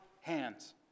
hands